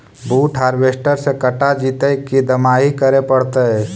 बुट हारबेसटर से कटा जितै कि दमाहि करे पडतै?